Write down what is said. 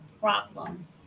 problem